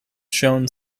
shown